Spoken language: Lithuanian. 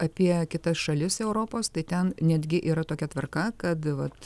apie kitas šalis europos tai ten netgi yra tokia tvarka kad vat